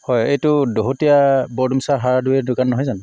হয় এইটো দহোটীয়া বৰডুমচাৰ হাৰ্ডৱেৰ দোকান নহয় জানো